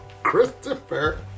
Christopher